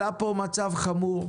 עלה פה מצב חמור,